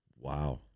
Wow